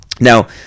Now